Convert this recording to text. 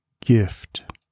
gift